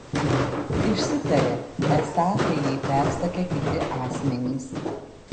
išsitarė esą tai jai persakę kiti asmenys